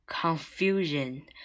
confusion